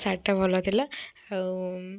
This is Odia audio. ଶାଢ଼ୀ ଟା ଭଲ ଥିଲା ଆଉ